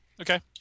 Okay